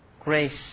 grace